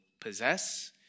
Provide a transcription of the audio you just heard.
possess